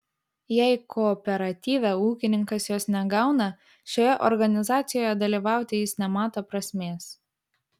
jei kooperatyve ūkininkas jos negauna šioje organizacijoje dalyvauti jis nemato prasmės